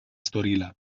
storila